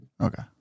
Okay